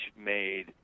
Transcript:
made